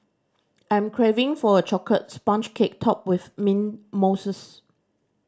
I'm craving for a chocolate sponge cake topped with mint mousses